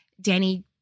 Danny